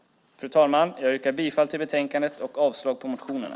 Fru talman! Jag yrkar bifall till utskottets förslag i betänkandet och avslag på motionerna.